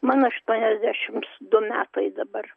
man aštuoniasdešimt du metai dabar